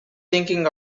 thinking